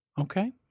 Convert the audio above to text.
Okay